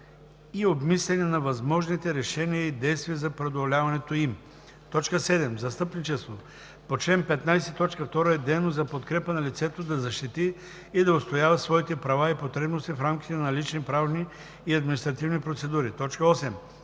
и обмисляне на възможните решения и действия за преодоляването им. 7. „Застъпничество“ по чл. 15, т. 2 е дейност за подкрепа на лицето да защити и да отстоява своите права и потребности в рамките на налични правни и административни процедури. 8.